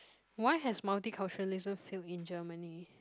why has multiculturalism failed in Germany